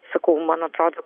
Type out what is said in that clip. sakau man atrodo